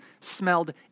smelled